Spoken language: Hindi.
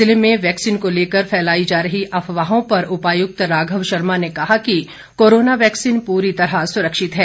ज़िले में वैक्सीन को लेकर फैलाई जा रही अफवाहों पर उपायुक्त राघव शर्मा ने कहा कि कोरोना वैक्सीन पूरी तरह सुरक्षित है